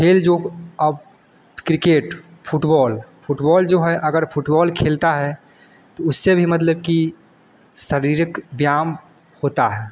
खेल जो अब क्रिकेट फुटबोल फुटबोल जो है अगर फुटबोल खेलता है तो उससे भी मतलब की शरीरिक व्यायाम होता है